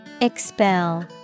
Expel